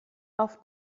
auf